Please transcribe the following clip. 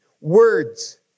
words